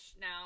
now